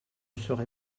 serai